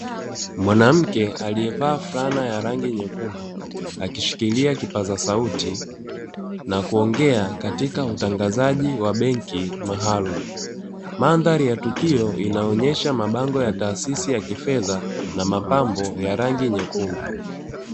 Mwanamke alievaa fulana nyekundu akishikilia kipaza sauti na kuongea katika utangazaji wa benki maalumu. Mandhari ya tukio inaonyesha mabango ya taasisi za kifedha na mapambo ya rangi nyekundu.